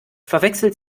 verwechselt